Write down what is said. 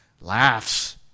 laughs